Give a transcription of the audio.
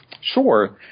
Sure